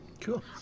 cool